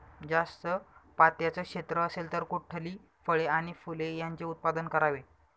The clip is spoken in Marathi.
जास्त पात्याचं क्षेत्र असेल तर कुठली फळे आणि फूले यांचे उत्पादन करावे?